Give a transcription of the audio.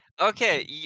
Okay